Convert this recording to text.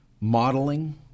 modeling